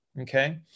okay